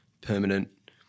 permanent